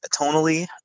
tonally